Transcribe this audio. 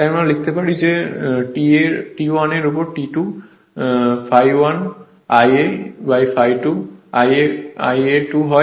তাই আমরা লিখতে পারি T 1 এর উপর T 2 ∅1 Ia ∅ 2 Ia 2 হয়